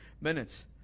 minutes